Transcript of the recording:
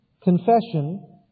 confession